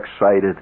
excited